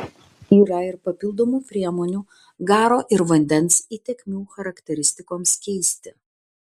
yra ir papildomų priemonių garo ir vandens įtekmių charakteristikoms keisti